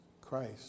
Christ